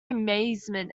amazement